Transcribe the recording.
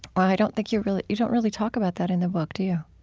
i don't think you really you don't really talk about that in the book, do you?